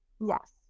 Yes